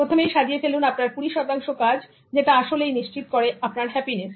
প্রথমেই সাজিয়ে ফেলুন আপনার 20 শতাংশ কাজ যেটা আসলেই নিশ্চিত করে আপনার হ্যাপিনেস